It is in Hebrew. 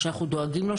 שאנחנו דואגים לו,